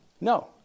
No